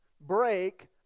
break